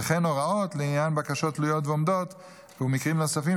וכן הוראות לעניין בקשות תלויות ועומדות ומקרים נוספים